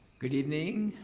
good evening.